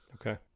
Okay